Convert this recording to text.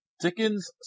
Dickens